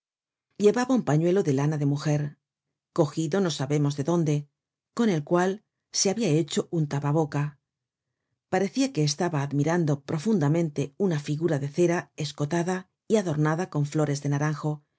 llevaba un pañuelo de lana de mujer cogido no sabemos dónde con el cual se habia hecho un tapa boca parecia que estaba admirando profundamente una figura de cera escotada y adornada con flores de naranjo